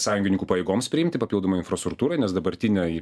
sąjungininkų pajėgoms priimti papildomai infrastruktūrai nes dabartinio į